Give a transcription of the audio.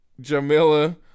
Jamila